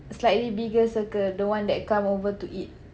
slightly bigger circle the one that come over to eat